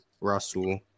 Russell